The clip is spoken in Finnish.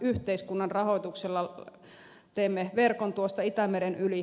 yhteiskunnan rahoituksella teemme verkon tuosta itämeren yli